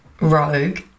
rogue